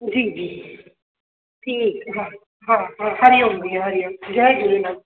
जी जी ठीकु हा हा हा हरि ओम भेण हरि ओम जय झूलेलाल